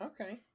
Okay